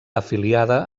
afiliada